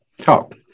talk